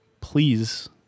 please